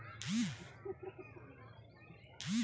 चना अरहर पर कवन कीटनाशक क प्रयोग कर जा सकेला?